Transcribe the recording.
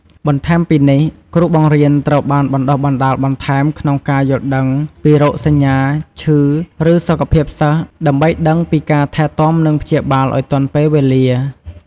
បន្ថែមពីនេះ គ្រូបង្រៀនត្រូវបានបណ្ដុះបណ្ដាលបន្ថែមក្នុងការយល់ដឹងពីរោគសញ្ញាឈឺ ឬសុខភាពសិស្ស ដើម្បីដឹងពីការថែទាំនិងព្យាបាលឲ្យទាន់ពេលវេលា។